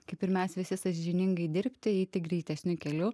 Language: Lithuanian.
kaip ir mes visi sąžiningai dirbti eiti greitesniu keliu